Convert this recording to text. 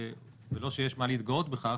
ולא שיש מה להתגאות בכך,